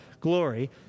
glory